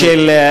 לא.